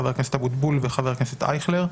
חבר הכנסת אבוטבול וחבר הכנסת אייכלר.